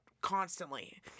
constantly